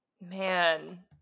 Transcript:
Man